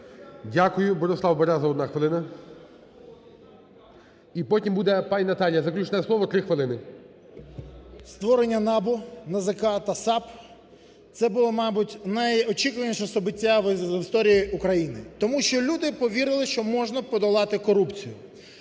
Дякую. Борислав Береза, одна хвилина. І потім буде пані Наталія, заключне слово 3 хвилини. 13:52:03 БЕРЕЗА Б.Ю. Створення НАБУ, НАЗК та САП – це було, мабуть, найочікуваніше событие в історії України, тому що люди повірили, що можна подолати корупцію.